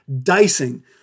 dicing